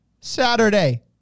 Saturday